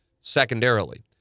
Secondarily